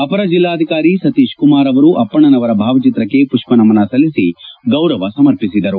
ಅಪರ ಜಿಲ್ಲಾಧಿಕಾರಿ ಸತೀಶ್ ಕುಮಾರ್ ಅವರು ಅಪ್ಪಣ್ಣನವರ ಭಾವಚಿತ್ರಕ್ಷೆ ಪುಷ್ಪನಮನ ಸಲ್ಲಿಸಿ ಗೌರವ ಸಮರ್ಪಿಸಿದರು